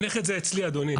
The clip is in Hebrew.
הנכד זה אצלי, אדוני.